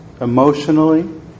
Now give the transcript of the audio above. emotionally